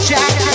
Jack